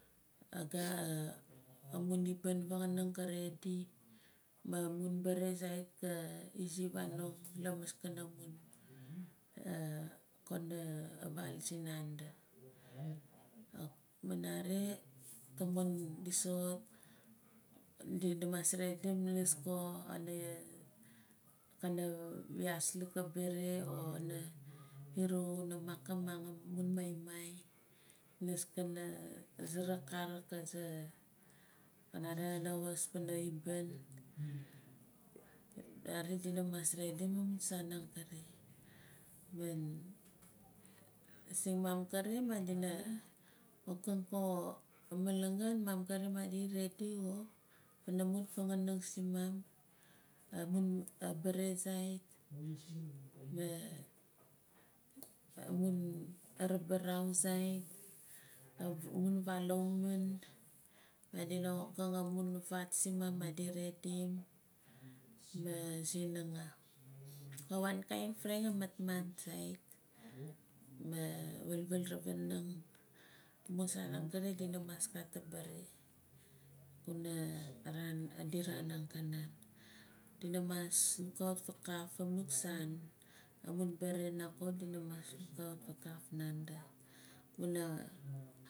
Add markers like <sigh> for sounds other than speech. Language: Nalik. Amun aibaan vanganing ka redi maan amun baare sait ka izi vanong la mun <hesitation> kona vaal si nandi maah nare tamon di soxot dina mas redim niis ko kana kana wias luk abaare or kana iru wuna makim amun maimai niis kana suruk karik aaza nare kana kawaas pana aibaan nare dina mas redim omun saan angere mising kare madina wokang ko a malangan mum kere madi redi xo pana mun fanganang simum amun naare sait maa amun nabarau sait amun vaal ahumun madi wokim amum vaat sumum madi redim ma axe nangaa ka wankain varing a matmat sait maa waalwaal ravinang amun saan aakere dina mas gat abaare kuna adi raan angkanan dina mas lukaut faakaf amun saan amun nako dina mas lukaut faakaf nandi wuna.